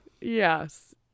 Yes